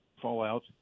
fallout